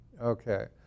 okay